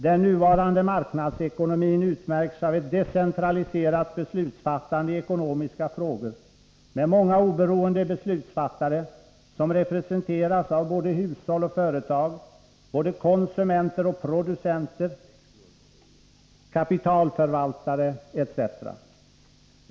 Den nuvarande marknadsekonomin utmärks av ett decentraliserat beslutsfattande i ekonomiska frågor med många oberoende beslutsfattare, som representeras av både hushåll och företag, både konsumenter och producenter, kapitalförvaltare etc.